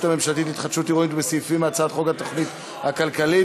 הממשלתית להתחדשות עירונית וסעיפים מהצעת חוק התוכנית הכלכלית,